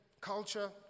culture